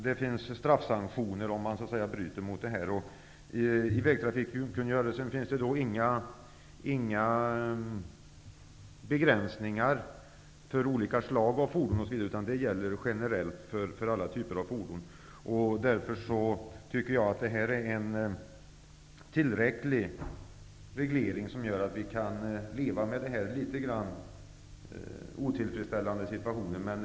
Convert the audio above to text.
Det finns straffsanktioner om man bryter mot detta. I vägtrafikkungörelsen finns det inga begränsningar för olika slag av fordon, utan den gäller generellt för alla typer av fordon. Jag tycker att detta är en tillräcklig reglering. Den gör att vi kan leva med den något otillfredsställande situationen.